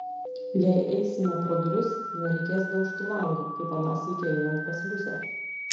jei eisime pro duris nereikės daužti lango kaip aną sykį einant pas liusę